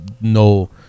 no